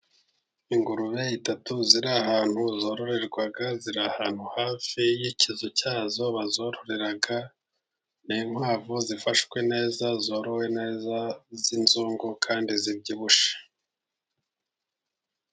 Ingurube itatu ziri ahantu zororerwa ziri ahantu hafi y'ikizu cyazo bazororera, n'inkwavu zifashwe neza zorowe neza z'inzungu kandi zibyibushye.